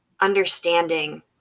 understanding